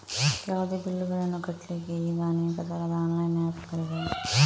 ಯಾವುದೇ ಬಿಲ್ಲುಗಳನ್ನು ಕಟ್ಲಿಕ್ಕೆ ಈಗ ಅನೇಕ ತರದ ಆನ್ಲೈನ್ ಆಪ್ ಗಳಿವೆ